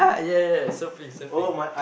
ya ya surfing surfing